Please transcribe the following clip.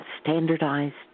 standardized